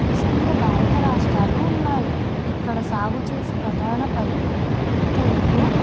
ఈశాన్య భారత రాష్ట్రాలు ఉన్నాయి ఇక్కడ సాగు చేసే ప్రధాన వరి తేయకు